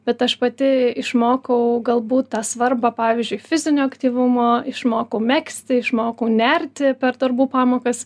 bet aš pati išmokau galbūt tą svarbą pavyzdžiui fizinio aktyvumo išmokau megzti išmokau nerti per darbų pamokas